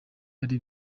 ari